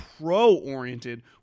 pro-oriented